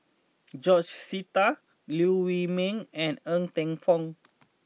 George Sita Liew Wee Mee and Ng Teng Fong